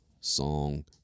song